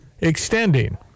extending